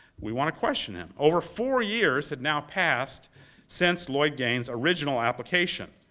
we want to question him. over four years had now passed since lloyd gaines' original application.